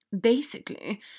Basically